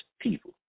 people